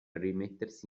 rimettersi